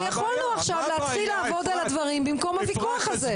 אבל יכולנו עכשיו להתחיל לעבוד על הדברים במקום הוויכוח הזה.